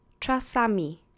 czasami